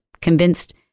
convinced